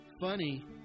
Funny